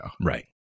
Right